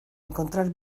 encontrar